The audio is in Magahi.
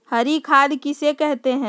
हरी खाद किसे कहते हैं?